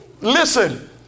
Listen